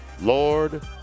Lord